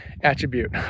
attribute